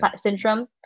syndrome